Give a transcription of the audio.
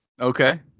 Okay